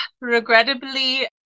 regrettably